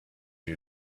you